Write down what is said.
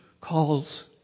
calls